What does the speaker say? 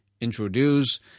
introduce